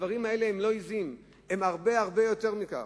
הדברים האלה הם לא עזים, הם הרבה הרבה יותר מזה.